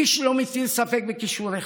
איש לא מטיל ספק בכישוריך.